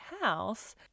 house